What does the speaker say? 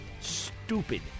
Stupid